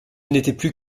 n’était